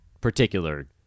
particular